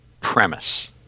premise